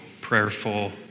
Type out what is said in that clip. prayerful